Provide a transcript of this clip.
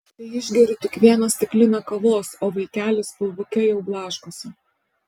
teišgeriu tik vieną stiklinę kavos o vaikelis pilvuke jau blaškosi